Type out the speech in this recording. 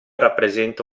rappresenta